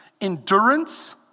endurance